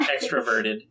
extroverted